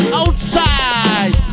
outside